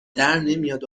درنمیاد